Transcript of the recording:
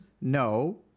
no